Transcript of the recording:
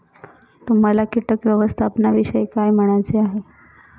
तुम्हाला किटक व्यवस्थापनाविषयी काय म्हणायचे आहे?